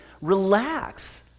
relax